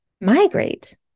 migrate